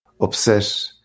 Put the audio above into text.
Upset